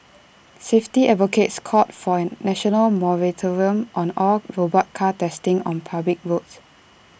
safety advocates called for A national moratorium on all robot car testing on public roads